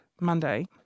Monday